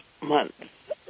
month